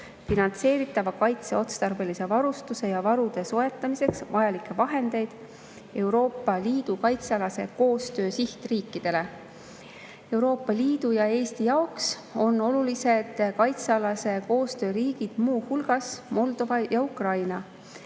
finantseeritava kaitseotstarbelise varustuse ja varude soetamiseks vajalikke vahendeid Euroopa Liidu kaitsealase koostöö sihtriikidele. Euroopa Liidu ja Eesti jaoks on olulised kaitsealase koostöö riigid muu hulgas Moldova ja Ukraina.